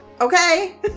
okay